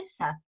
editor